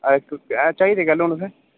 चाहिदे कैलू न तुसें